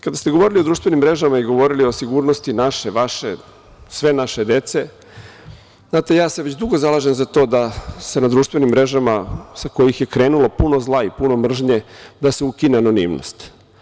Kada ste govorili o društvenim mrežama i govorili o sigurnosti naše, vaše, sve naše dece, znate ja se već dugo zalažem za to da se na društvenim mrežama, sa kojih je krenulo puno zla i puno mržnje, da se ukine anonimnost.